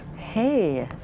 hey.